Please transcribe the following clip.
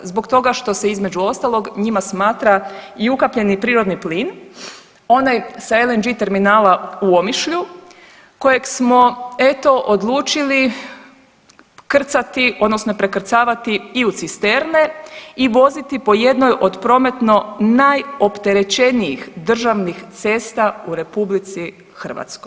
Zbog toga što se između ostalog njima smatra i ukapljeni prirodni plin, onaj sa LNG terminala u Omišlju kojeg smo eto odlučili krcati odnosno prekrcavati i u cisterne i voziti po jednoj od prometno najopterećenijih državnih cesta u RH.